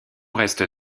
reste